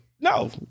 no